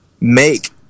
make